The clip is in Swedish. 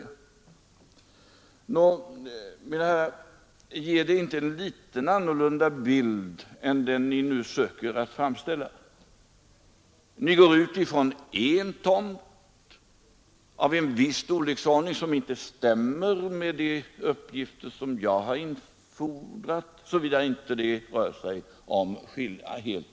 Mina herrar, ger inte detta en något annorlunda bild än den som ni har försökt frammana? Ni går ut ifrån en tomt av en viss storleksordning, och den stämmer inte med de uppgifter jag har infordrat — om det nu rör sig om samma tomt.